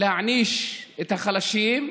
להעניש את החלשים,